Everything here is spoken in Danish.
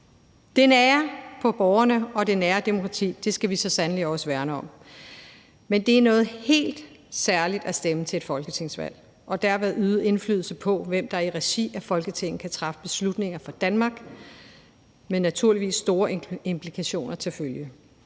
Det borgernære og det nære demokrati skal vi så sandelig også værne om, men det er noget helt særligt at stemme til et folketingsvalg og derved øve indflydelse på, hvem der i regi af Folketinget kan træffe beslutninger for Danmark, naturligvis med store implikationer til følge.